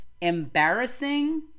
embarrassing